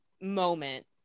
moment